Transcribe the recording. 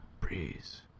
breeze